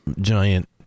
giant